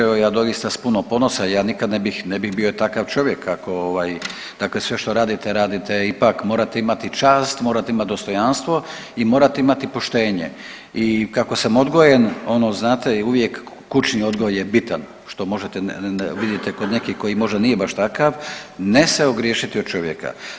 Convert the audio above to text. Evo ja doista s puno ponosa, ja nikad ne bih, ne bih bio takav čovjek ako ovaj, dakle sve što radite, radite ipak morate imati čast, morate imati dostojanstvo i morate imati poštenje i kako sam odgojen ono znate, i uvijek kućni odgoj je bitan, što možete, vidite kod nekih koji možda nije baš takav, ne se ogriješiti o čovjeka.